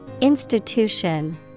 Institution